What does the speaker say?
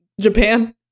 Japan